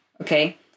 Okay